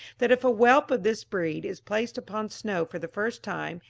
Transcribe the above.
that if a whelp of this breed is placed upon snow for the first time,